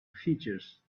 features